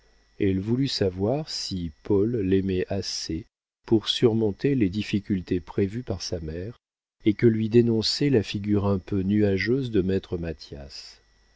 elle voulut savoir si paul l'aimait assez pour surmonter les difficultés prévues par sa mère et que lui dénonçait la figure un peu nuageuse de maître mathias